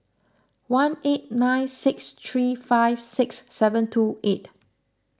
one eight nine six three five six seven two eight